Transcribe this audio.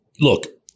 look